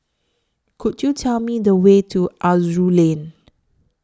Could YOU Tell Me The Way to Aroozoo Lane